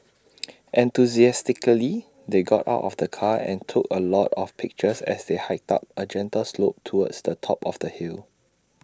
enthusiastically they got out of the car and took A lot of pictures as they hiked up A gentle slope towards the top of the hill